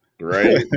Right